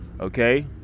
okay